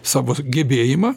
savo gebėjimą